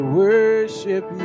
worship